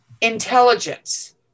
intelligence